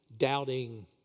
doubting